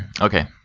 Okay